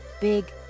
Big